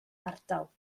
ardal